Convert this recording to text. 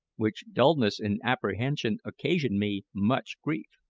which dulness in apprehension occasioned me much grief.